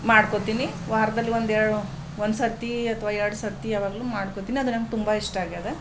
ಮಾಡ್ಕೋತೀನಿ ವಾರದಲ್ಲೊಂದು ಒಂದ್ಸತಿ ಅಥವಾ ಎರಡು ಸತಿ ಯಾವಾಗಲೂ ಮಾಡ್ಕೊತೀನಿ ಅದು ನಂಗೆ ತುಂಬ ಇಷ್ಟ ಆಗ್ಯದ